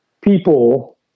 people